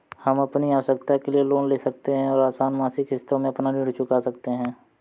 हम अपनी आवश्कता के लिए लोन ले सकते है और आसन मासिक किश्तों में अपना ऋण चुका सकते है